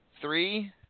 Three